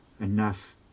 enough